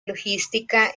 logística